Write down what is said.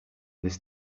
this